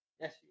Yes